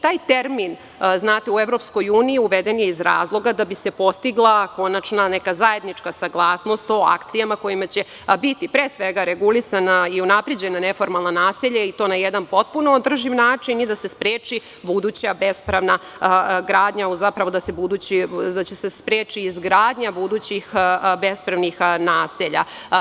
Taj termin u EU uveden je iz razloga da bi se postigla konačna, neka zajednička saglasnost o akcijama kojima će biti pre svega regulisana i unapređena neformalna naselja i to na jedan potpuno održiv način i da se spreči buduća bespravna gradnja, zapravo da se spreči izgradnja budućih bespravnih naselja.